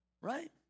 right